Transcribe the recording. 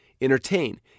Entertain